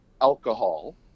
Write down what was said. alcohol